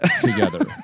together